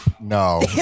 no